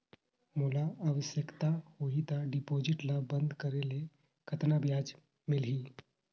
मोला आवश्यकता होही त डिपॉजिट ल बंद करे ले कतना ब्याज मिलही?